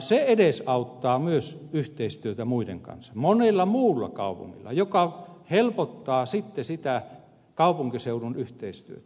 se edesauttaa myös yhteistyötä muiden kanssa monella muullakin kaupungilla mikä helpottaa sitä kaupunkiseudun yhteistyötä